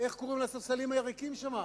איך קוראים לספסלים הריקים שמה?